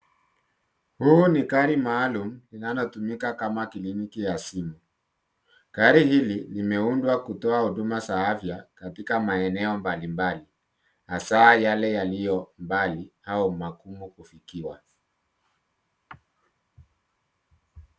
Huu ni gari maalum inalotumika kama kliniki ya asili, gari hili limeundwa kutoa huduma za afya katika maeneo mbalimbali hasaa yale yaliyo mbali au magumu kufikiwa.